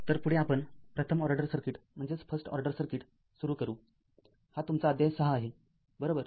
तर पुढे आपण प्रथम ऑर्डर सर्किट सुरू करूहा तुमचा अध्याय ६ आहे बरोबर